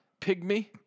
pygmy